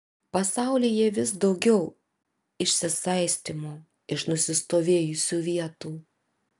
pasaulyje vis daugiau išsisaistymo iš nusistovėjusių vietų